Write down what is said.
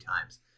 times